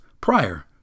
prior